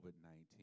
COVID-19